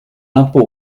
l’impôt